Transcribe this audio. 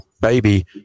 baby